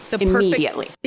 immediately